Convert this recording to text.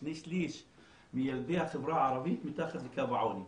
שני שליש מילדי החברה הערבית מתחת לקו העוני.